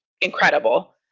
incredible